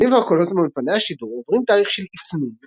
הצלילים והקולות מאולפני השידור עוברים תהליך של אפנון